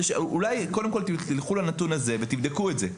אולי קודם כל תלכו לנתון הזה ותבדקו את זה,